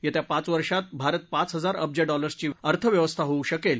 येत्या पाच वर्षात भारत पाच हजार अब्ज डॉलर्सची अर्थव्यवस्था होऊ शकेल